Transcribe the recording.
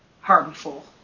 harmful